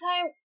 time